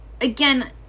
Again